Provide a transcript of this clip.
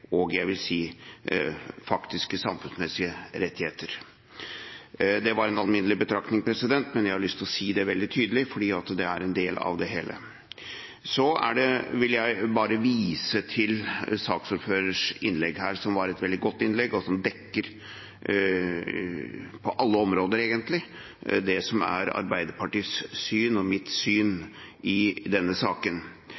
– jeg vil si – faktiske samfunnsmessige rettigheter. Det var en alminnelig betraktning, men jeg har lyst til å si det veldig tydelig fordi det er en del av det hele. Så vil jeg bare vise til saksordførerens innlegg her, som var et veldig godt innlegg, og som på alle områder egentlig dekker det som er Arbeiderpartiets syn og mitt syn